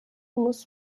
muss